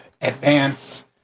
advance